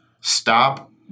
Stop